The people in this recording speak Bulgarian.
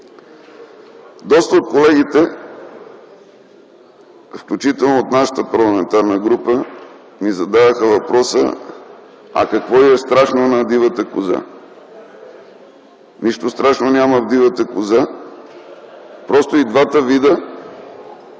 Доста от колегите, включително от нашата парламентарна група, ни задаваха въпроса: „А какво й е страшно на дивата коза?”. Нищо страшно няма в дивата коза, просто и двата вида